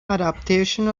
adaptation